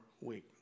week